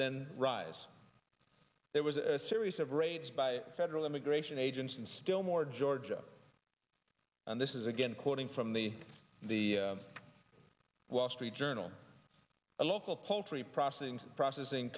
then rise there was a series of raids by federal immigration agents in still more georgia and this is again quoting from the the wall street journal a local poultry processing processing